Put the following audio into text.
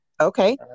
Okay